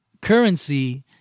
currency